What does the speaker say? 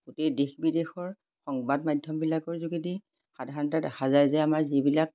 গোটেই দেশ বিদেশৰ সংবাদ মাধ্যমবিলাকৰ যোগেদি সাধাৰণতে দেখা যায় যে আমাৰ যিবিলাক